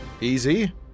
Easy